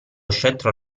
scettro